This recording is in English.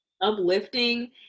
uplifting